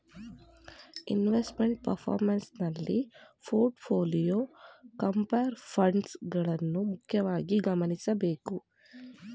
investment performance ನಲ್ಲಿ portfolio, compare funds ಗಳನ್ನ ಮುಖ್ಯವಾಗಿ ಗಮನಿಸಬೇಕು